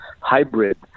hybrid